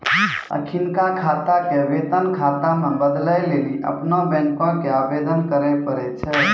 अखिनका खाता के वेतन खाता मे बदलै लेली अपनो बैंको के आवेदन करे पड़ै छै